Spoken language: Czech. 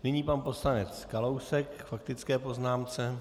Nyní pan poslanec Kalousek k faktické poznámce.